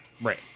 Right